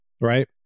right